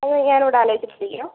ഒന്ന് ഞാനിവിടെ ആലോചിച്ചിട്ട് വിളിക്കാം